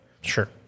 Sure